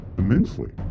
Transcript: immensely